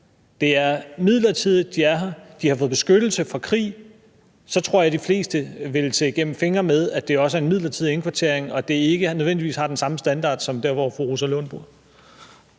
Det er midlertidigt, at de er her. De har fået beskyttelse fra krig. Og så tror jeg, at de fleste vil se igennem fingre med, at det også er en midlertidig indkvartering, og at den ikke nødvendigvis har den samme standard som der, hvor fru Rosa Lund bor.